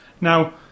Now